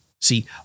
See